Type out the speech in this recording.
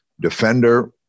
defender